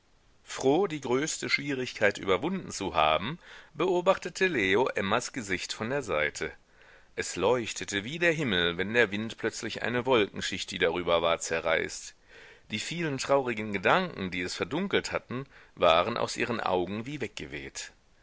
froh die größte schwierigkeit überwunden zu haben beobachtete leo emmas gesicht von der seite es leuchtete wie der himmel wenn der wind plötzlich eine wolkenschicht die darüber war zerreißt die vielen traurigen gedanken die es verdunkelt hatten waren aus ihren augen wie weggeweht